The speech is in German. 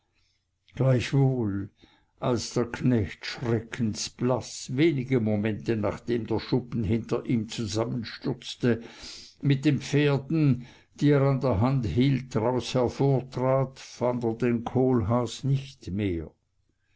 gleichwohl als der knecht schreckenblaß wenige momente nachdem der schuppen hinter ihm zusammenstürzte mit den pferden die er an der hand hielt daraus hervortrat fand er den kohlhaas nicht mehr